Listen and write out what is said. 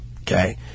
okay